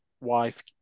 wife